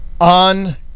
on